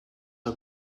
are